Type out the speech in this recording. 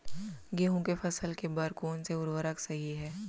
गेहूँ के फसल के बर कोन से उर्वरक सही है?